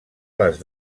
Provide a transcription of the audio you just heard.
les